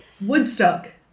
Woodstock